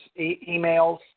emails